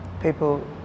People